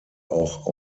auch